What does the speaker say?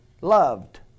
Loved